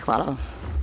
Hvala vam.